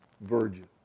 Virgin